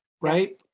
right